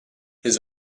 his